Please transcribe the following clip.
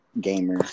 gamer